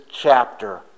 chapter